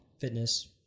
fitness